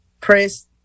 press